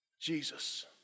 Jesus